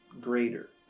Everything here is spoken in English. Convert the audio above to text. Greater